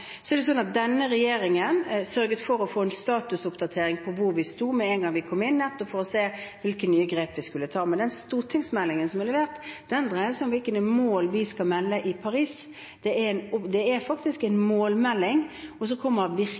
Denne regjeringen sørget for å få en statusoppdatering på hvor vi sto med en gang vi kom i posisjon, nettopp for å se på hvilke nye grep vi skulle ta. Den stortingsmeldingen som er levert, dreier seg om hvilke mål vi skal melde om i Paris. Det er en